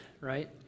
right